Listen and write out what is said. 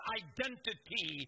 identity